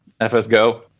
FSGO